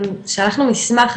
שלחנו מסמך,